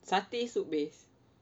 satay soup base